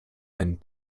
and